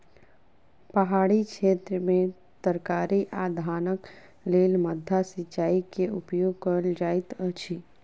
पहाड़ी क्षेत्र में तरकारी आ धानक लेल माद्दा सिचाई के उपयोग कयल जाइत अछि